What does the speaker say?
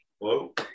Hello